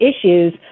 issues